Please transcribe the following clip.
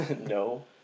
No